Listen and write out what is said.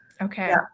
Okay